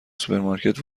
سوپرمارکت